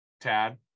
tad